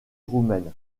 romaine